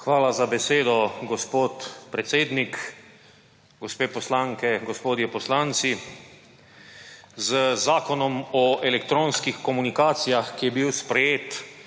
Hvala za besedo, gospod predsednik. Gospe poslanke, gospodje poslanci! Z Zakonom o elektronskih komunikacijah, ki je bil sprejet